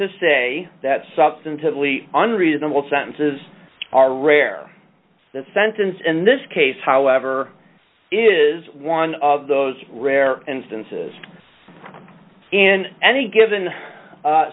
say that substantively unreasonable sentences are rare that sentence in this case however is one of those rare instances in any given